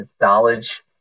knowledge